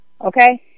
okay